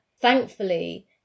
Thankfully